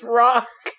rock